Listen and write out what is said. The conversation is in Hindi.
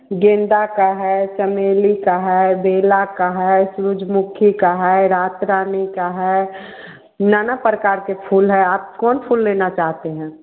गेंदे का है चमेली का है बेला का है सूरजमुखी का है रातरानी का है ना ना प्रकार के फूल हैं आप कौन फूल लेना चाहते हैं